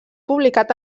publicat